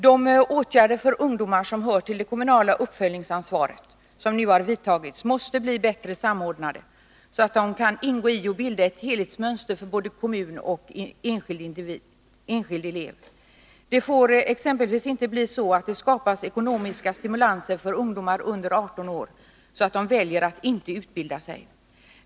De åtgärder för ungdomar som hör till det kommunala uppföljningsansvaret och som nu har vidtagits måste bli bättre samordnade, så att de kan ingå i och bilda ett helhetsmönster för både kommun och enskild elev. Det får exempelvis inte bli så att det skapas ekonomiska stimulanser för ungdomar under 18 år som gör att de väljer att inte utbilda sig.